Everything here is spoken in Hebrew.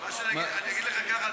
אני אגיד לך ככה,